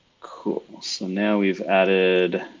cool so now we've added